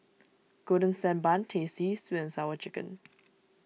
Golden Sand Bun Teh C Sweet and Sour Chicken